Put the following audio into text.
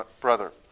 brother